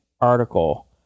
article